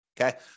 Okay